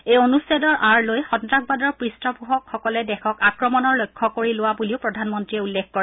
এই অনুচ্ছেদৰ আঁৰ লৈ সন্তাসবাদৰ পৃষ্ঠপোষকসকলে দেশক আক্ৰমণৰ লক্ষ্য কৰি লোৱা বুলিও প্ৰধানমন্ত্ৰীয়ে উল্লেখ কৰে